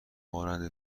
مانند